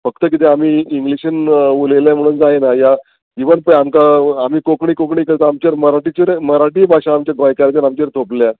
फक्त कितें आमी इंग्लीशीन उलयलें म्हणून जायना या इवन पय आमकां आमी कोंकणी कोंकणी करता आमचेर मराठीचेर मराठी भाशा आमच्या गोंयकाराच्यान आमचेर थोपल्या